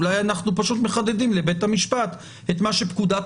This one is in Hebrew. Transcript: אולי אנחנו פשוט מחדדים לבית המשפט את מה שפקודת